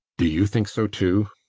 do you think so, too?